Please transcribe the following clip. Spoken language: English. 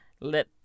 Let